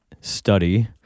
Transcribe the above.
study